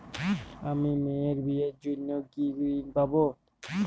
আমি মেয়ের বিয়ের জন্য কি ঋণ পাবো?